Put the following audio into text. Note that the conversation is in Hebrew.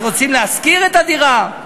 אז רוצים להשכיר את הדירה.